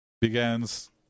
begins